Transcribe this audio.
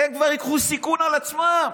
הם כבר ייקחו סיכון על עצמם.